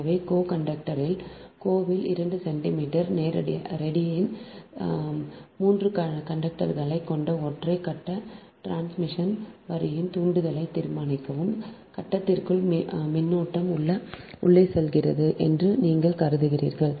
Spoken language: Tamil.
எனவே கோ கண்டக்டர் கோவில் 2 சென்டிமீட்டர் ரேடியின் 3 கண்டக்டர்களைக் கொண்ட ஒற்றை கட்ட டிரான்ஸ்மிஷன் வரியின் தூண்டலைத் தீர்மானிக்கவும் கட்டத்திற்குள் மின்னோட்டம் உள்ளே செல்கிறது என்று நீங்கள் கருதுகிறீர்கள்